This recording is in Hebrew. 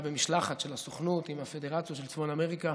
במשלחת של הסוכנות עם הפדרציות של צפון אמריקה